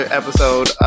episode